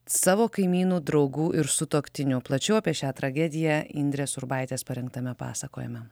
savo kaimynų draugų ir sutuoktinių plačiau apie šią tragediją indrės urbaitės parengtame pasakojime